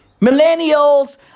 Millennials